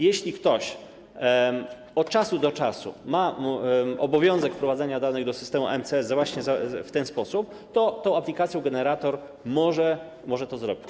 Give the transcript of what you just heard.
Jeśli ktoś od czasu do czasu ma obowiązek wprowadzenia danych do systemu EMCS, to właśnie w ten sposób, za pomocą aplikacji Generator może to zrobić.